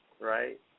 right